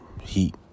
Heat